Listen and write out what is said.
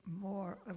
more